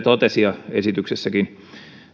totesi ja esityksessäkin